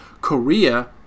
Korea